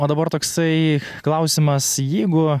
o dabar toksai klausimas jeigu